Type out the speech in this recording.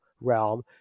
realm